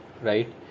right